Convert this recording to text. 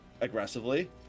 aggressively